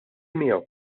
miegħu